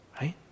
Right